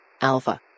Alpha